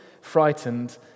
frightened